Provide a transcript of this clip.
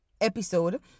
episode